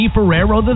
Ferrero